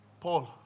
Paul